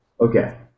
Okay